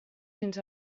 fins